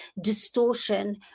distortion